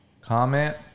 Comment